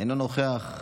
אינו נוכח,